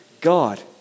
God